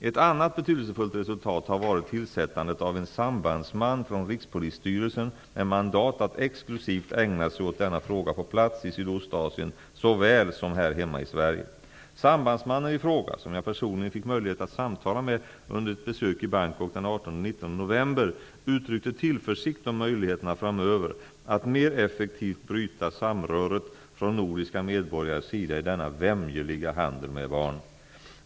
Ett annat betydelsefullt resultat har varit tillsättandet av en sambandsman från Rikspolisstyrelsen med mandat att exklusivt ägna sig åt denna fråga på plats i Sydostasien såväl som här hemma i Sverige. Sambandsmannen i fråga, som jag personligen fick möjlighet att samtala med under ett besök i Bangkok den 18--19 november, uttryckte tillförsikt om möjligheterna framöver att mer effektivt bryta samröret från nordiska medborgares sida i denna vämjeliga handel med barn.